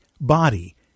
body